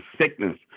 sickness